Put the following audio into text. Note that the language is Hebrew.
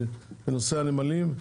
בנושא הנמלים,